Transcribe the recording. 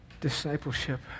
discipleship